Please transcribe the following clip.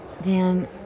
Dan